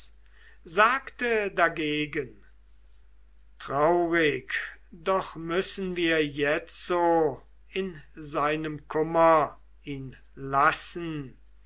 sagte dagegen traurig doch müssen wir jetzo in seinem kummer ihn lassen